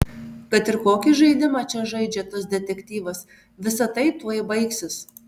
kad ir kokį žaidimą čia žaidžia tas detektyvas visa tai tuoj baigsis